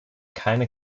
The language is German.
keine